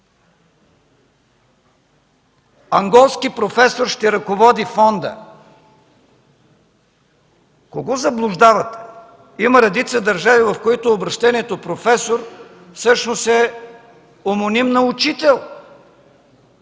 Анголски професор ще ръководи фонда! Кого заблуждавате? Има редица държави, в които обръщението „професор” всъщност е синоним на учител!